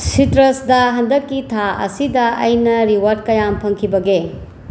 ꯁꯤꯇ꯭ꯔꯁꯇ ꯍꯟꯗꯛꯀꯤ ꯊꯥ ꯑꯁꯤꯗ ꯑꯩꯅ ꯔꯤꯋꯥꯗ ꯀꯌꯥꯝ ꯐꯪꯈꯤꯕꯒꯦ